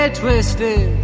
twisted